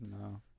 No